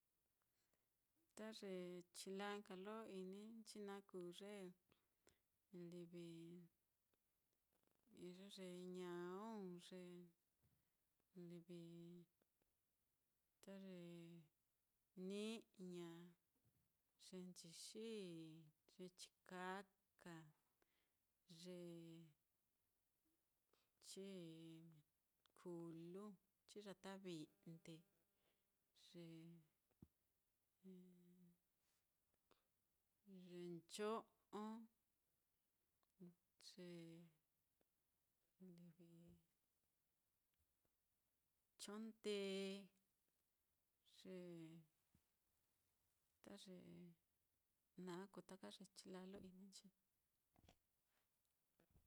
Ta nka ye chila lo ini nka nchi naá kuu ye, livi iyo ye ñaun, ye livi ta ye ni'ña, ye nchixi, ye chikaka, ye chikulu, ye chiyatavi'nde, ye ncho'o, ye livi chon ndee, ye ta ye naá, kuu ta ye chila lo ininchi naá.